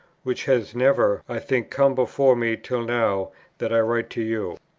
which has never, i think, come before me till now that i write to you.